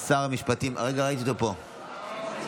שר המשפטים, הרגע ראיתי אותו פה, בבקשה.